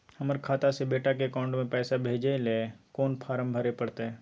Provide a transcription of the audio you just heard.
हमर खाता से बेटा के अकाउंट में पैसा भेजै ल कोन फारम भरै परतै?